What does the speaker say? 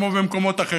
כמו במקומות אחרים,